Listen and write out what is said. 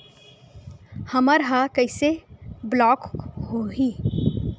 हमर ह कइसे ब्लॉक होही?